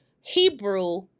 Hebrew